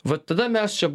va tada mes čia